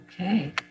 Okay